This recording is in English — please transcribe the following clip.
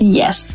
yes